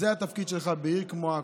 זה התפקיד שלך בעיר כמו עכו,